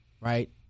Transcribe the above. right